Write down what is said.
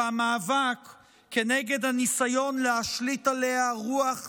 והמאבק מפני הניסיון להשליט עליה רוח זרה,